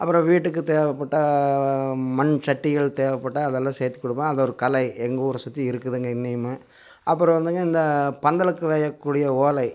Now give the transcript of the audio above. அப்பறம் வீட்டுக்குத் தேவைப்பட்டா மண் சட்டிகள் தேவைப்பட்டா அதெல்லாம் சேர்த்து குடுப்பேன் அது ஒரு கலை எங்கூரை சுற்றி இருக்குதுங்க இன்னும்மே அப்பறம் வந்துங்க இந்தப் பந்தலுக்கு நெய்யக் கூடிய ஓலை